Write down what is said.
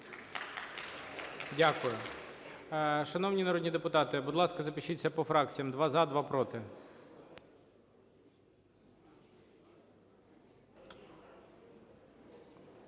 Дякую. Шановні народні депутати! Будь ласка, запишіться по фракціях: два – за, два – проти.